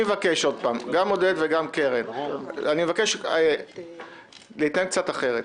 עודד וקרן, אני מבקש להתנהג קצת אחרת.